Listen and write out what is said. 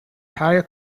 higher